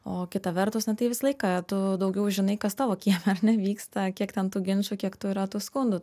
o kita vertus na tai visą laiką tu daugiau žinai kas tavo kieme ar ne vyksta kiek ten tų ginčų kiek tų yra tų skundų